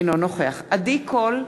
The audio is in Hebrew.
אינו נוכח עדי קול,